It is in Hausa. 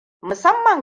musamman